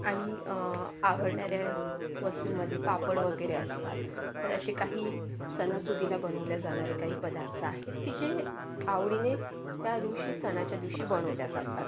आणि आवडणाऱ्या वस्तूंमध्ये पापड वगैरे असतात तर असे काही सणासुदीला बनवले जाणारे काही पदार्थ आहेत की जे आवडीने त्या दिवशी सणाच्या दिवशी बनवले जातात